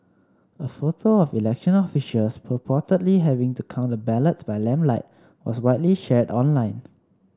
a photo of election officials purportedly having to count the ballots by lamplight was widely shared online